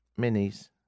minis